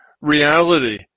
reality